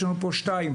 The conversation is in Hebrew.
יש לנו פה שתיים.